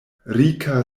rika